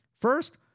First